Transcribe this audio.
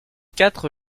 quatre